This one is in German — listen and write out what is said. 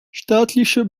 staatliche